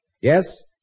Yes